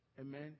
amen